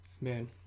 Man